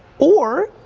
or,